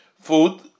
food